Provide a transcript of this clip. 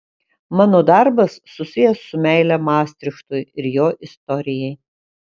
mano darbas susijęs su meile mastrichtui ir jo istorijai